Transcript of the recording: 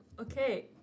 Okay